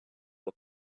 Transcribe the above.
will